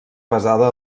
basada